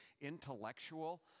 intellectual